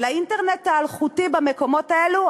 לאינטרנט האלחוטי במקומות האלה,